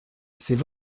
c’est